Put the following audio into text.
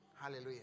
Hallelujah